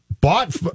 Bought